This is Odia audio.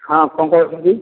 ହଁ କ'ଣ କହୁଛନ୍ତି